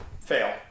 fail